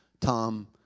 Tom